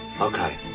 Okay